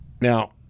Now